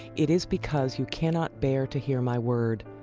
it is because you cannot bear to hear my word.